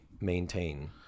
maintain